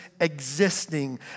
existing